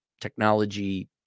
technology